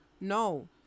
No